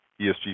ESG